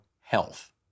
health